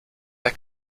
der